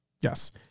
Yes